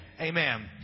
Amen